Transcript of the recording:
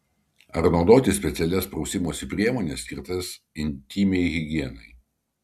ar naudoti specialias prausimosi priemones skirtas intymiai higienai